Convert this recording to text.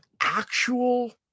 actual